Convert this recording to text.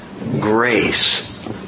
Grace